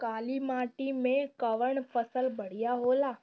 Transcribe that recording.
काली माटी मै कवन फसल बढ़िया होला?